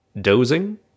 dozing